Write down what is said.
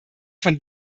von